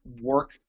work